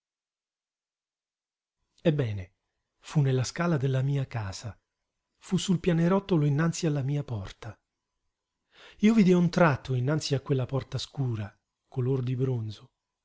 ebbene fu nella scala della mia casa fu sul pianerottolo innanzi alla mia porta io vidi a un tratto innanzi a quella porta scura color di bronzo